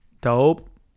Dope